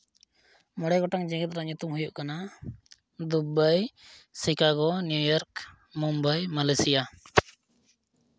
ᱢᱚᱬᱮ ᱜᱚᱴᱟᱝ ᱡᱮᱜᱮᱫ ᱨᱮᱭᱟᱜ ᱧᱩᱛᱩᱢ ᱦᱩᱭᱩᱜ ᱠᱟᱱᱟ Dubai Chicago New York Mumbai Malaysia